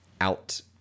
out